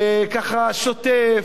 ככה שוטף,